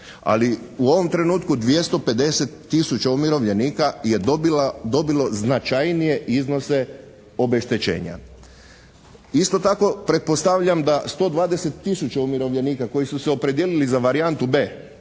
Ali u ovom trenutku 250 tisuća umirovljenika je dobilo značajnije iznose obeštećenja. Isto tako pretpostavljam da 120 tisuća umirovljenika koji su se opredijelili za varijantu b)